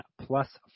plus